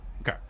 okay